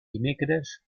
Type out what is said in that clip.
dimecres